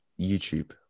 YouTube